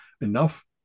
enough